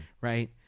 right